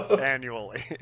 annually